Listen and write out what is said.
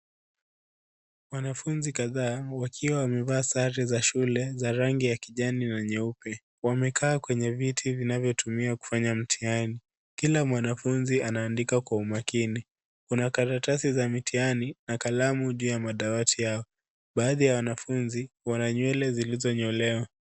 Wanafunzi kadhaa wakiwa wamevaa sare za shule za rangi ya kijani na nyeupe. Wamekaa kwenye viti vinavyotumia kufanya mtihani. Kila mwanafunzi anaandika kwa umakini. Kuna karatasi za mtihani na kalamu juu ya madawati yao. Baadhi ya wanafunzi wana nywele zilizonyolewa.